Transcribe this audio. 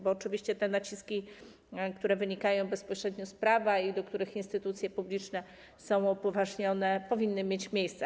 Bo oczywiście te naciski, które wynikają bezpośrednio z prawa i do których instytucje publiczne są upoważnione, powinny mieć miejsce.